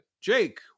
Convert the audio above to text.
jake